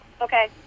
Okay